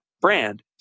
brand